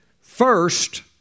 first